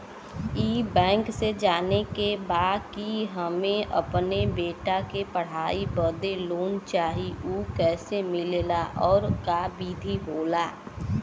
ई बैंक से जाने के बा की हमे अपने बेटा के पढ़ाई बदे लोन चाही ऊ कैसे मिलेला और का विधि होला?